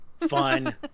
Fun